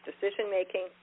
decision-making